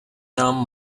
nám